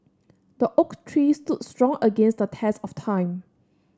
the oak tree stood strong against the test of time